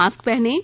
mask पहनें